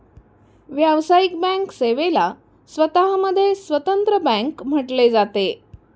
व्यावसायिक बँक सेवेला स्वतः मध्ये स्वतंत्र बँक म्हटले जाते